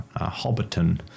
Hobbiton